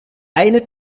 eine